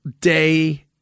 day